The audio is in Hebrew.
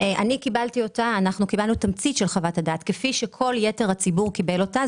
קיבלנו תמצית של חוות הדעת כפי שכל יתר הציבור קיבל אותה.